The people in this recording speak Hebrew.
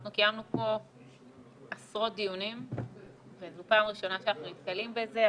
אנחנו קיימנו פה עשרות דיונים וזו פעם ראשונה שאנחנו נתקלים בזה.